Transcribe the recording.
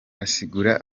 asigura